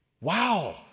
wow